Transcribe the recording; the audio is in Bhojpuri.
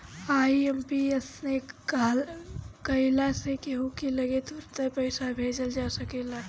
आई.एम.पी.एस से कइला से कहू की लगे तुरंते पईसा भेजल जा सकेला